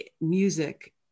music